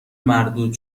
مردود